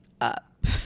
up